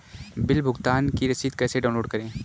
Bill भुगतान की रसीद कैसे डाउनलोड करें?